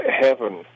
Heaven